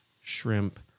shrimp